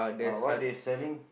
ah what they selling